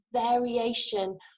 variation